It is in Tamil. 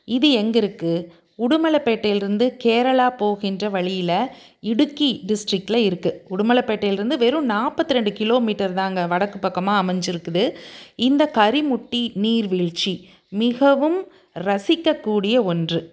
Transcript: இது எங்கே இருக்குது உடுமலப்பேட்டையிலேருந்து கேரளா போகின்ற வழியில் இடுக்கி டிஸ்ட்ரிக்கில் இருக்குது உடுமலபேட்டையிலேருந்து வெறும் நாற்பத்து ரெண்டு கிலோமீட்டர் தான்ங்க வடக்கு பக்கமாக அமைஞ்சிருக்குது இந்த கரிமுட்டி நீர்வீழ்ச்சி மிகவும் ரசிக்கக்கூடிய ஒன்று